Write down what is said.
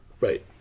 Right